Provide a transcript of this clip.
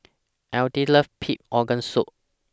Alethea loves Pig Organ Soup